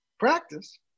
practice